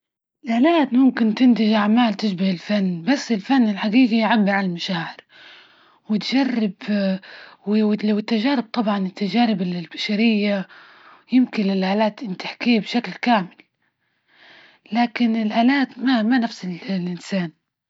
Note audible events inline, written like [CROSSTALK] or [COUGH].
الالآت ممكن تنتج أعمال تشبه الفن، بس الفن الحجيجي يعبر عن المشاعر وتجرب [HESITATION] و [UNINTELLIGIBLE] لو التجارب، طبعا التجارب البشرية يمكن للآلات إن تحكيه بشكل كامل، لكن الآلات مو نفس الإنسان.